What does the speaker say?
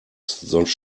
sonst